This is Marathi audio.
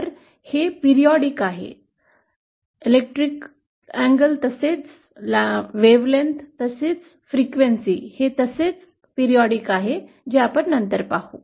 तर हे नियतकालिक आहे विद्युत तसेच तरंगलांबी तसेच वारंवारता हे तसेच नियतकालिक आहे आपण नंतर पाहू